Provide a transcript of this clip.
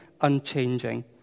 unchanging